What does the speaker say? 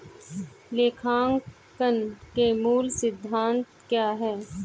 लेखांकन के मूल सिद्धांत क्या हैं?